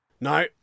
No